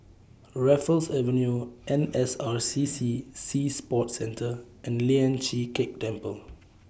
Raffles Avenue N S R C C Sea Sports Centre and Lian Chee Kek Temple